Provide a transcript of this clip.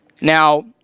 Now